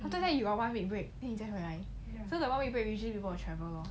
after that you got one week break so usually people will go to travel lor